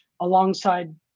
alongside